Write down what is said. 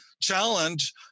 challenge